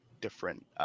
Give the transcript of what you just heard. different